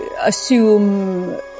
assume